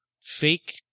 fake